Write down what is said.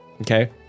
Okay